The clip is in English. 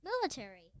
Military